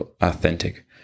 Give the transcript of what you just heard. authentic